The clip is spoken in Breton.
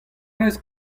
rez